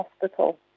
hospital